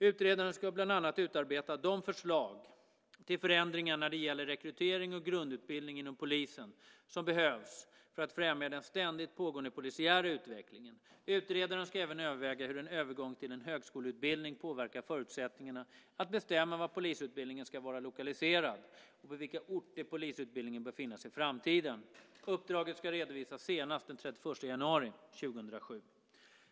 Utredaren ska bland annat utarbeta de förslag till förändringar när det gäller rekrytering och grundutbildning inom polisen som behövs för att främja den ständigt pågående polisära utvecklingen. Utredaren ska även överväga hur en övergång till en högskoleutbildning påverkar förutsättningarna att bestämma var polisutbildningen ska vara lokaliserad och på vilka orter polisutbildningen bör finnas i framtiden. Uppdraget ska redovisas senast den 31 januari 2007.